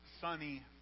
sunny